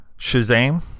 Shazam